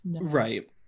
right